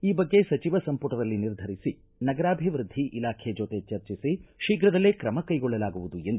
ಈ ಬಗ್ಗೆ ಸಚಿವ ಸಂಪುಟದಲ್ಲಿ ನಿರ್ಧರಿಸಿ ನಗರಾಭಿವೃದ್ದಿ ಇಲಾಖೆ ಜೊತೆ ಚರ್ಚಿಸಿ ಶೀಘದಲ್ಲೇ ಕ್ರಮಕೈಗೊಳ್ಳಲಾಗುವುದು ಎಂದು ಹೇಳಿದರು